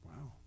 Wow